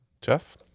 Jeff